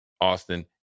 Austin